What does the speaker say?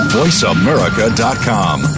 voiceamerica.com